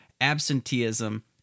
absenteeism